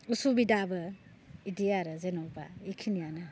उसुबिदाबो इदि आरो जेन'बा इखिनियानो